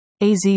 AZ